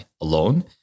alone